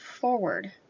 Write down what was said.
forward